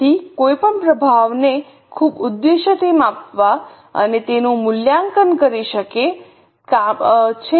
તેથી કોઈ પણ પ્રભાવને ખૂબ ઉદ્દેશ્યથી માપવા અને તેનું મૂલ્યાંકન કરી શકે છે